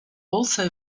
also